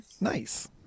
Nice